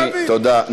אדוני, תודה.